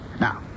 Now